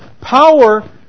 power